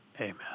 Amen